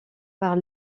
par